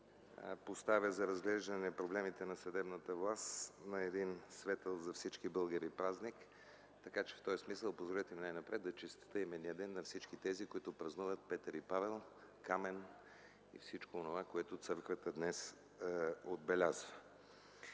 поставя за разглеждане проблемите на съдебната власт на един светъл за всички българи празник. В този смисъл позволете най-напред да честитя именния ден на всички, които празнуват Петър и Павел, Камен и всичко онова, което Църквата днес отбелязва.